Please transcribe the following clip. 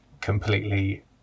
completely